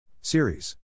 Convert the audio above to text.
Series